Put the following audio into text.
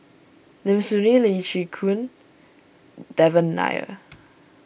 Lim Soo Ngee Lee Chin Koon Devan Nair